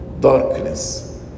darkness